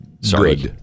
Sorry